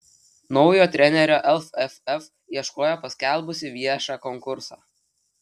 naujo trenerio lff ieškojo paskelbusi viešą konkursą